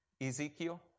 Ezekiel